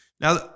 now